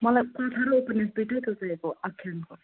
मलाई कथा र उपन्यास दुइटैको चाहिएको आख्यानको